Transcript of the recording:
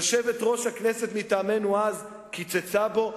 יושבת-ראש הכנסת מטעמנו אז קיצצה בו,